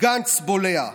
גנץ בולע.